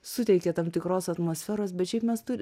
suteikė tam tikros atmosferos bet šiaip mes turi